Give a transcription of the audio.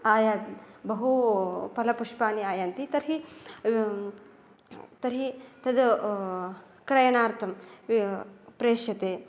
आयान्ति बहु फलपुषाणि आयान्ति तर्हि तर्हि तद् क्रयणार्थं प्रेष्यते